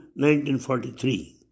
1943